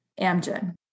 Amgen